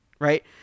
right